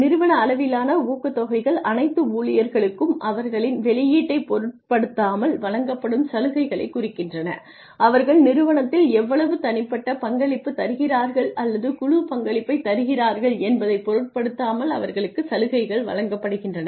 நிறுவன அளவிலான ஊக்கத்தொகைகள் அனைத்து ஊழியர்களுக்கும் அவர்களின் வெளியீட்டைப் பொருட்படுத்தாமல் வழங்கப்படும் சலுகைகளைக் குறிக்கின்றன அவர்கள் நிறுவனத்தில் எவ்வளவு தனிப்பட்ட பங்களிப்பு தருகிறார்கள் அல்லது குழு பங்களிப்பைத் தருகிறார்கள் என்பதைப் பொருட்படுத்தாமல் அவர்களுக்கு சலுகைகள் வழங்கப்படுகின்றன